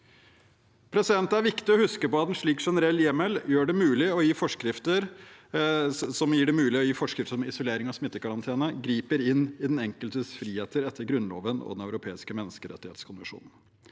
Det er viktig å huske på at en slik generell hjemmel som gjør det mulig å gi forskrifter om isolering og smittekarantene, griper inn i den enkeltes friheter etter Grunnloven og Den europeiske menneskerettskonvensjon.